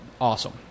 awesome